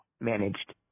managed